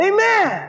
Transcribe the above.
Amen